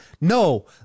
No